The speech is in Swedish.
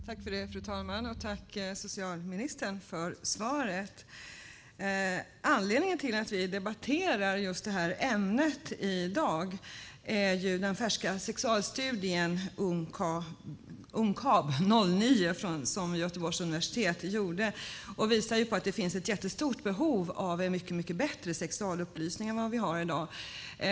Fru talman! Tack, socialministern, för svaret! Anledningen till att vi debatterar det här ämnet i dag är den färska sexualstudien Ungkab 09 som Göteborgs universitet har gjort. Den visar på att det finns ett stort behov av bättre sexualupplysning än den som finns i dag.